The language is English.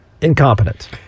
incompetence